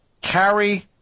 carry